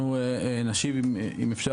מרכזי החוסן